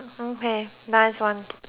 okay nice one